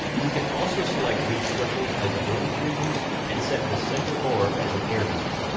we can also select these circles as avoidance regions and set the center bore as an air region.